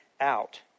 out